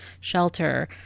shelter